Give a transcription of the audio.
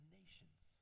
nations